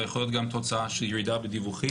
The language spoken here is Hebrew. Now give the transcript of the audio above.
אבל יכולה להיות גם תוצאה של ירידה בדיווחים,